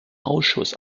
ausschuss